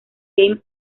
game